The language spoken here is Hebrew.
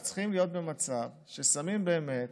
אנחנו צריכים להיות במצב ששמים באמת,